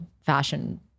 fashion